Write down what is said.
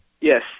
Yes